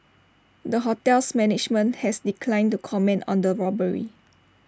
the hotel's management has declined to comment on the robbery